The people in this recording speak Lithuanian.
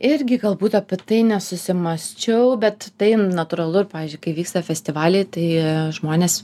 irgi galbūt apie tai nesusimąsčiau bet tai natūralu ir pavyzdžiui kai vyksta festivaliai tai žmonės